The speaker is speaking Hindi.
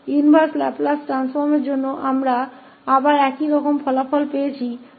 इनवर्स लाप्लास परिवर्तन के लिए हमारे पास फिर से एक समान परिणाम है